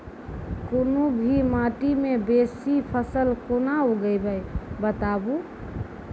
कूनू भी माटि मे बेसी फसल कूना उगैबै, बताबू?